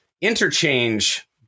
interchange